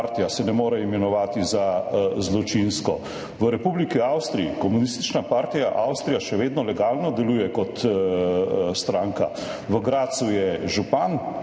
Hvala